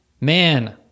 Man